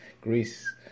Greece